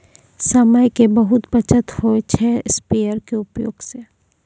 समय के बहुत बचत होय छै स्प्रेयर के उपयोग स